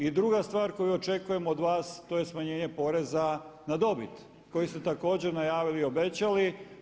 I druga stvar koju očekujemo od vas to je smanjenje poreza na dobit koji ste također najavili i obećali.